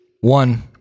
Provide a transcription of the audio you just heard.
One